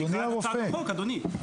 אז תקרא את הצעת החוק, אדוני.